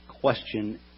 question